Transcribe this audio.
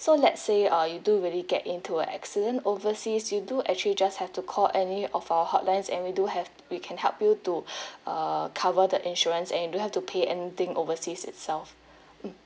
so let's say uh you do really get into an accident overseas you do actually just have to call any of our hotlines and we do have we can help you to err cover the insurance and you don't have to pay anything overseas itself mm